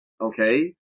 Okay